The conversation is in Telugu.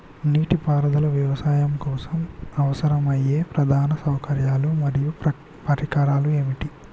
నీటిపారుదల వ్యవసాయం కోసం అవసరమయ్యే ప్రధాన సౌకర్యాలు మరియు పరికరాలు ఏమిటి?